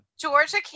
Georgia